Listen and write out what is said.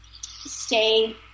stay